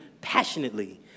passionately